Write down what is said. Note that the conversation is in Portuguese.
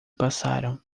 passaram